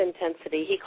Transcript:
intensity